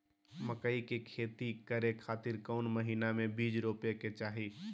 मकई के खेती करें खातिर कौन महीना में बीज रोपे के चाही?